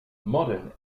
modern